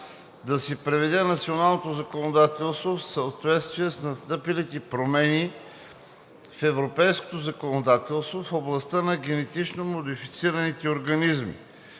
да се приведе националното законодателство в съответствие с настъпилите промени в европейското законодателство в областта на генетично модифицирани организми.